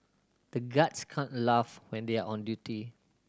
the guards can't laugh when they are on duty